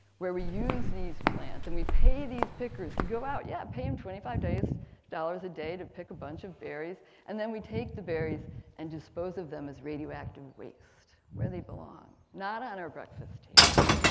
where we use these plants and we pay these pickers to go out. yeah pay them twenty five dollars a day to pick a bunch of berries and then we take the berries and dispose of them as radioactive waste where they belong. not on ah a breakfast table.